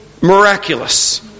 miraculous